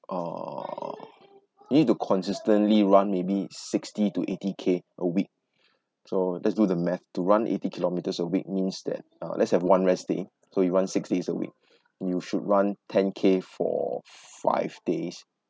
uh you need to consistently run maybe sixty to eighty K a week so let's do the math to run eighty kilometres a week means that uh let's have one rest day so you run six days a week you should run ten K for five days